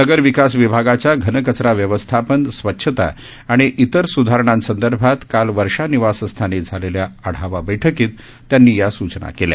नगर विकास विभागाच्या घनकचरा व्यवस्थापन स्वच्छता आणि इतर सुधारणासंदर्भात काल वर्षा निवास्थानी झालेल्या आढावा बैठकीत त्यांनी या सूचना केल्या